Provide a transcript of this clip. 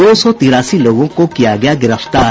दो सौ तिरासी लोगों को किया गया गिरफ्तार